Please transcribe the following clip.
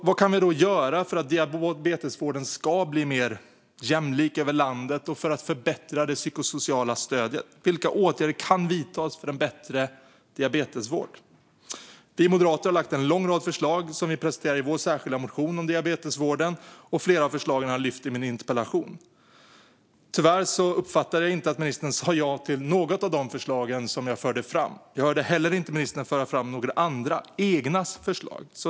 Vad kan vi göra för att diabetesvården ska bli mer jämlik över landet och för att förbättra det psykosociala stödet? Vilka åtgärder kan vidtas för en bättre diabetesvård? Vi moderater har lagt fram en lång rad förslag, som vi presenterar i vår särskilda motion om diabetesvården, och flera av förslagen har jag lyft fram i min interpellation. Tyvärr uppfattade jag inte att ministern sa ja till något av de förslag jag förde fram. Jag hörde inte heller ministern föra fram några egna förslag.